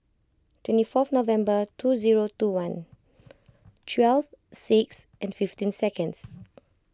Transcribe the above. twenty fourth November two zero two one twelve six and fifteen seconds